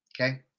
Okay